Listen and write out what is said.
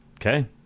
Okay